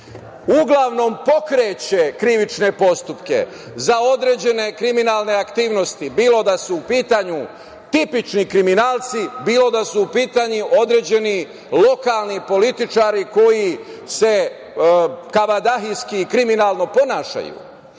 uglavnom pokreće krivične postupke za određene kriminalne aktivnosti bilo da su u pitanju tipični kriminalci, bilo da su u pitanju određeni lokalni političari koji se kabadahijski i kriminalno ponašaju.